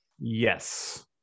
Yes